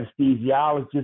anesthesiologist